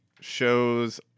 shows